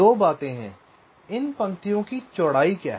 2 बातें हैं इन पंक्तियों की चौड़ाई क्या है